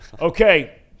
Okay